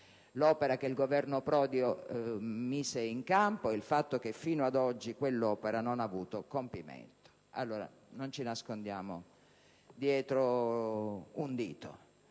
l'opera che il Governo Prodi mise in campo e il fatto che fino ad oggi quell'opera non ha avuto compimento. Non nascondiamoci dietro un dito.